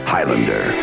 Highlander